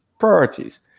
priorities